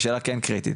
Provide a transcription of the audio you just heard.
היא שאלה כן קריטית,